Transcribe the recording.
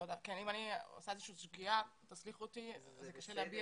תודה אבל אם אני עושה שגיאה, תסלחו לי.